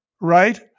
right